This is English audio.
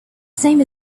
same